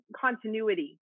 continuity